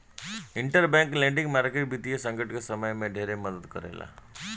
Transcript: interbank lending market वित्तीय संकट के समय में ढेरे मदद करेला